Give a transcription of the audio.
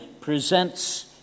presents